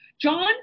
John